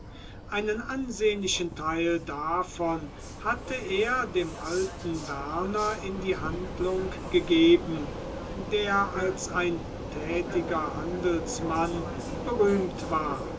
einen ansehnlichen teil davon hat er dem alten werner in die handlung gegeben der als ein tätiger handelsmann berühmt war